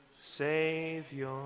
Savior